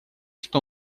что